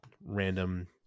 random